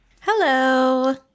Hello